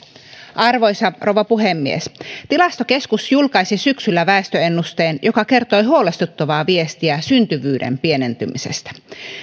arvoisa rouva puhemies tilastokeskus julkaisi syksyllä väestöennusteen joka kertoi huolestuttavaa viestiä syntyvyyden pienentymisestä